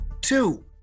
two